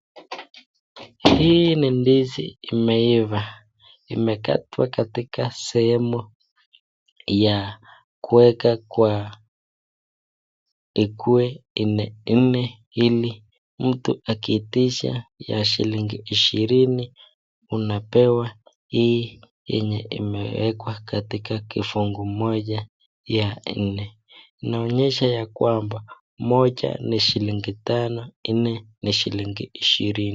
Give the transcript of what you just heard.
Hii ni ndizi imeiva imekatwa katika sehemu ya kuweka kwa ikuwe nne nne hili mtu akiitisha ya shilingi ishirini unapewa hii yenye imewekwa katika kifungo moja ya nne. Inaonyesha ya kwamba moja ni shilingi tano, nne ni shilingi ishirini.